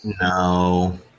No